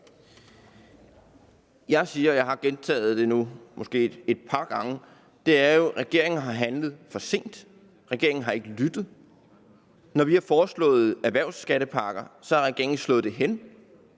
Jeg siger jo, og jeg har nu gentaget det måske et par gange, at regeringen har handlet for sent, regeringen har ikke lyttet. Når vi har foreslået erhvervsskattepakker, har regeringen slået det hen,